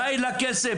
די לכסף.